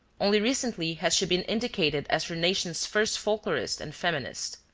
only recently has she been indicated as her nation's first folklorist and feminist!